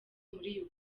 muri